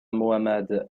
mohammad